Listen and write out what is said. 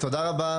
תודה רבה,